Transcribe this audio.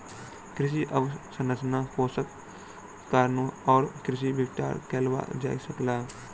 कृषि अवसंरचना कोषक कारणेँ ओ कृषि विस्तार कअ सकला